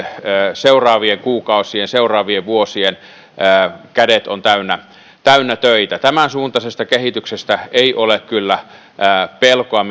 seuraavien kuukausien seuraavien vuosien kädet ovat täynnä täynnä töitä tämänsuuntaisesta kehityksestä minkä edustaja esitti ei ole kyllä pelkoa